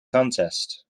contest